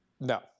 No